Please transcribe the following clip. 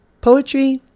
Poetry